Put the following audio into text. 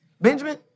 Benjamin